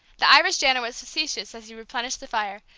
the irish janitor was facetious as he replenished the fire,